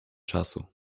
czasu